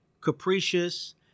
capricious